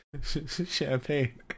champagne